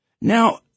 Now